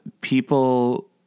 people